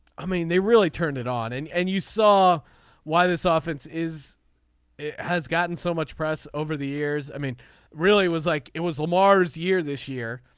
i mean they really turned it on and and you saw why this ah offense is it has gotten so much press over the years. i mean really was like it was lamar's year this year.